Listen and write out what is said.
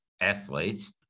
athletes